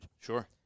Sure